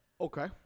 Okay